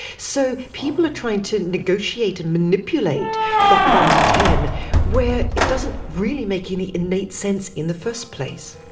so people are trying to negotiate and manipulate that one to ten where it doesn't really make any innate sense in the first place.